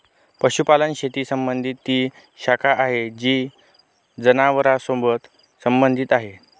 पशुपालन शेती संबंधी ती शाखा आहे जी जनावरांसोबत संबंधित आहे